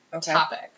topic